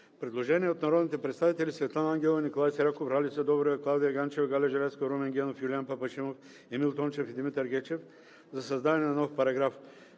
Предложение от народните представители Светлана Ангелова, Николай Сираков, Ралица Добрева, Клавдия Ганчева, Галя Желязкова, Румен Генов, Юлиян Папашимов, Емил Тончев и Димитър Гечев за създаване на нов параграф.